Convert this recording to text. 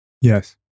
Yes